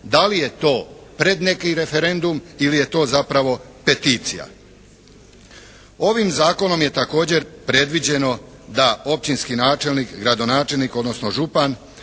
da li je to pred neki referendum ili je to zapravo peticija. Ovim zakonom je također predviđeno da općinski načelnik, gradonačelnik, odnosno župan